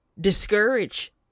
discourage